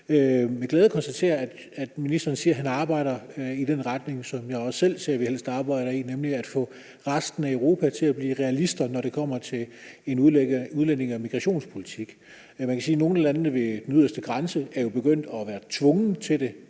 med glæde konstatere, at ministeren siger, at han arbejder i den retning, som jeg også selv ser vi helst arbejder i, nemlig at få resten af Europa til at blive realister, når det kommer til udlændinge- og migrationspolitik. Nogle lande ved den yderste grænse er jo begyndt at være tvunget til det,